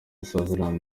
swaziland